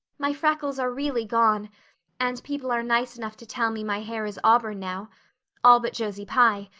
my freckles are really gone and people are nice enough to tell me my hair is auburn now all but josie pye.